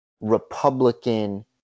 Republican